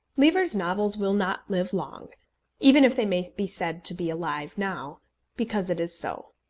lever's novels will not live long even if they may be said to be alive now because it is so.